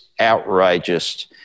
outrageous